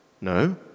No